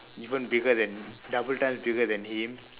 even bigger than double time bigger than him